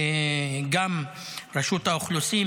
גם רשות האוכלוסין,